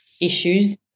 issues